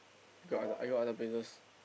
got I go other places